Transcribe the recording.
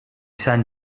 sant